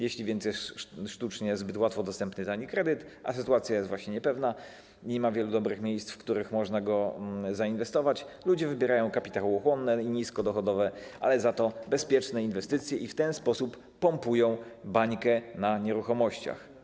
Jeśli więc sztucznie jest zbyt łatwo dostępny dla nich kredyt, a sytuacja jest niepewna, nie ma wielu dobrych miejsc, w których można go zainwestować, ludzie wybierają kapitały chłonne i niskodochodowe, ale za to bezpieczne inwestycje i w ten sposób pompują bańkę na rynku nieruchomości.